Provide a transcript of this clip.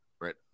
right